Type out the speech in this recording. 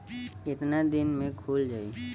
कितना दिन में खुल जाई?